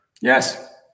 Yes